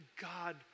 God